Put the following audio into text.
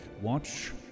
Watch